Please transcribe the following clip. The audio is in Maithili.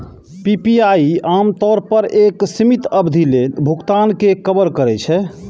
पी.पी.आई आम तौर पर एक सीमित अवधि लेल भुगतान कें कवर करै छै